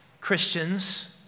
Christians